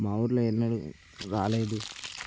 మా ఊళ్ళో ఎన్నడూ రాలేదు